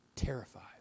Terrified